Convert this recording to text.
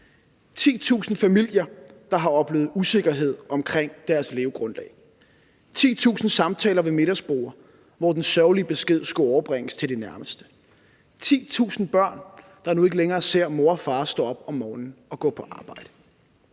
10.000 familier, der har oplevet usikkerhed omkring deres levegrundlag, 10.000 samtaler ved middagsbordet, hvor den sørgelige besked skulle overbringes til de nærmeste, 10.000 børn, der nu ikke længere ser mor og far stå op om morgenen og gå på arbejde,